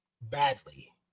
badly